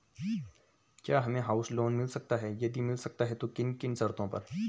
क्या हमें house loan मिल सकता है यदि मिल सकता है तो किन किन शर्तों पर?